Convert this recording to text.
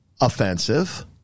offensive